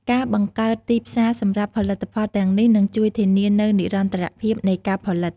ការបង្កើតទីផ្សារសម្រាប់ផលិតផលទាំងនេះនឹងជួយធានានូវនិរន្តរភាពនៃការផលិត។